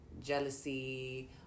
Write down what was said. Jealousy